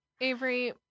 Avery